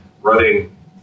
running